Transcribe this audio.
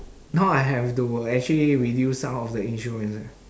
now I have to actually reduce some of the insurance eh